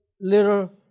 little